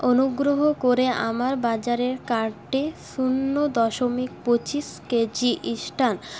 অনুগ্রহ করে আমার বাজারের কার্টে শূন্য দশমিক পঁচিশ কেজি ইস্টার্ন